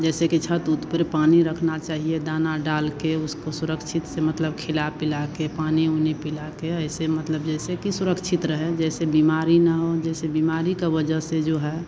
जैसे कि छत उत पर पानी रखना चहिए दाना डाल कर उसको सुरक्षित से मतलब खिला पिला के पानी ऊनी पिला के ऐसे मतलब जैसे कि सुरक्षित रहे जैसे बीमारी न हो जैसे बीमारी का वजह से जो है